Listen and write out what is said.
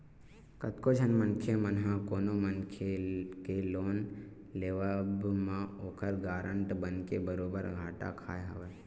कतको झन मनखे मन ह कोनो मनखे के लोन लेवब म ओखर गारंटर बनके बरोबर घाटा खाय हवय